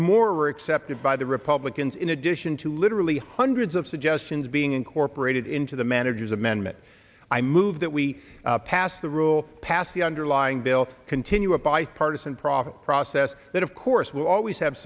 more accepted by the republicans in addition to literally hundreds of suggestions being incorporated into the manager's amendment i move that we pass the rule pass the underlying bill continue a bipartisan product process that of course will always have